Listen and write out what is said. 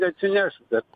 neatsineš bet